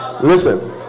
Listen